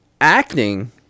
acting